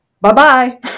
Bye-bye